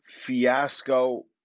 fiasco